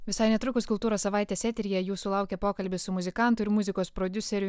visai netrukus kultūros savaitė sėti ir jei jūsų laukia pokalbis su muzikantu ir muzikos prodiuseriu